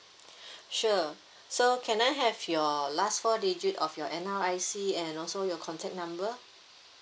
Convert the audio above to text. sure so can I have your last four digit of your N_R_I_C and also your contact number